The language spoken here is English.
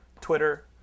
Twitter